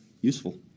Useful